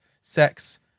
sex